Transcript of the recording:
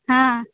हँ